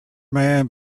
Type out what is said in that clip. man